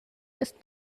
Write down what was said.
ist